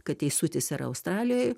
kad teisutis yra australijoj